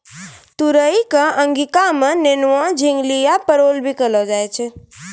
तुरई कॅ अंगिका मॅ नेनुआ, झिंगली या परोल भी कहलो जाय छै